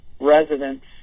residents